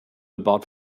about